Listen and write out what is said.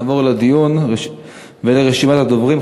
נעבור לדיון ולרשימת הדוברים.